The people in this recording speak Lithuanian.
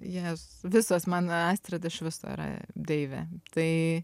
jezus visos man astrid iš viso yra deivė tai